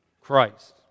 Christ